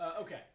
Okay